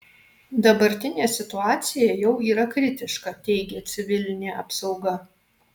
dabartinė situacija jau yra kritiška teigia civilinė apsauga